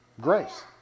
grace